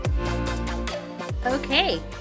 Okay